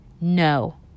no